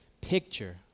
picture